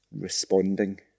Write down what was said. responding